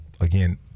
again